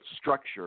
structure